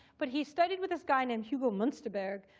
but he studied with this guy named hugo munsterberg,